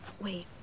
wait